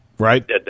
Right